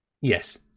Yes